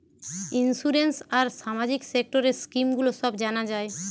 insurance আর সামাজিক সেক্টরের স্কিম গুলো সব জানা যায়